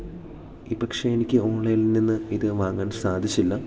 ഒരുപക്ഷേ എനിക്ക് ഓൺലൈനിൽ നിന്ന് ഇത് വാങ്ങാൻ സാധിച്ചില്ല